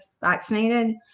vaccinated